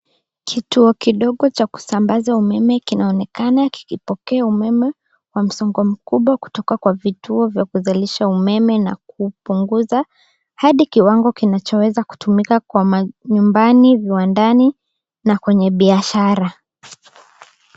Kituo kidogo cha kusambaza umeme kinaonekana kikipokea umeme wa msongo mkubwa kutoka kwa vituo vya kusaliza umeme na kupunguza hadi kiwango kinachoweza kutumika kwa manyumbani, viwandani na kwenye biashara.